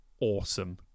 awesome